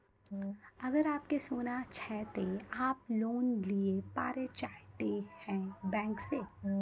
अगर आप के सोना छै ते आप लोन लिए पारे चाहते हैं बैंक से?